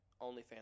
OnlyFans